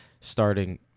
starting